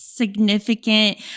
significant